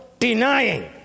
Denying